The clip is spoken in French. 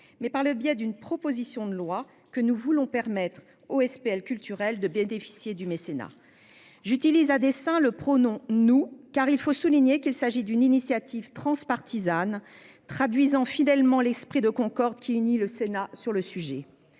plus par voie d'amendement, que nous voulons permettre aux SPL culturelles de bénéficier du mécénat. J'utilise à dessein le pronom « nous », car il faut souligner qu'il s'agit d'une initiative transpartisane, traduisant fidèlement l'esprit de concorde qui unit le Sénat sur ce sujet.